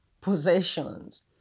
possessions